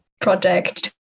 project